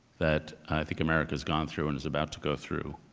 that i think america's gone through and is about to go through.